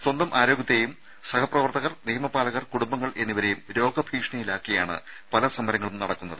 സ്വന്തം ആരോഗ്യത്തെയും സഹപ്രവർത്തകർ നിയമപാലകർ കുടുംബങ്ങൾ എന്നിവരെയും രോഗഭീഷണിയിലാക്കിയാണ് പല സമരങ്ങളും നടക്കുന്നത്